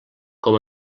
com